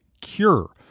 cure